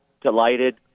delighted